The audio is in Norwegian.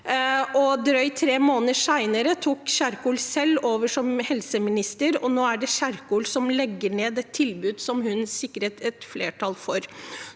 Drøyt tre måneder senere tok Ingvild Kjerkol selv over som helseminister, og nå er det hun som legger ned et tilbud som hun sikret flertall for.